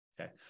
Okay